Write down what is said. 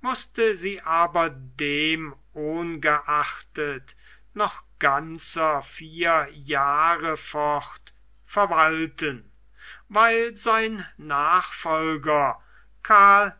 mußte sie aber dem ohngeachtet noch ganzer vier jahre fort verwalten weil sein nachfolger karl